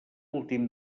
últim